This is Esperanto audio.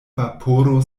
vaporo